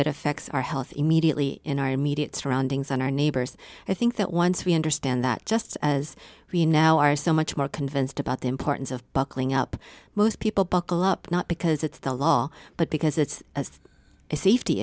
it affects our health immediately in our immediate surroundings on our neighbors i think that once we understand that just as we now are so much more convinced about the importance of buckling up most people buckle up not because it's the law but because it's as a safety